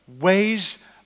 ways